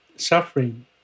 suffering